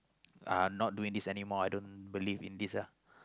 I'm not doing this anymore I don't believe in this uh ah